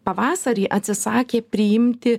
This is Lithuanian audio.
pavasarį atsisakė priimti